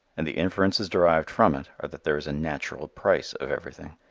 and the inferences derived from it are that there is a natural price of everything,